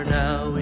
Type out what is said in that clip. now